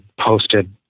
posted